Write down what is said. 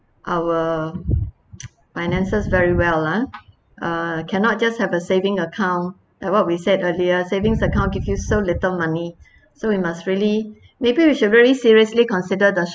our finances very well lah uh cannot just have a saving account like what we said earlier savings account gives you so little money so you must really maybe we should really seriously consider the